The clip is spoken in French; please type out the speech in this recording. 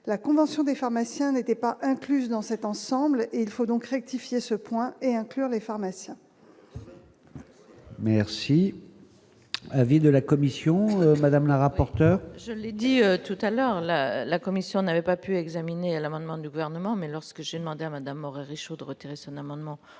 la convention des pharmaciens n'étaient pas incluses dans cet ensemble, il faut donc rectifier ce point et inclure les pharmaciens. Merci à l'avis de la commission madame la rapporteure. Je l'ai dit tout à l'heure, la, la commission n'avait pas pu examiner à l'amendement du gouvernement, mais lorsque j'ai demandé à Madame Moret réchaud de retirer son amendement profiter